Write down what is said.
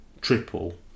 triple